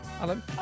Alan